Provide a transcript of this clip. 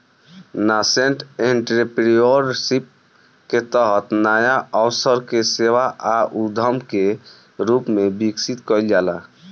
nascent entrepreneurship के तहत नाया अवसर के सेवा आ उद्यम के रूप में विकसित कईल जाला